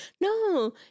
no